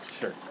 Sure